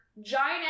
giant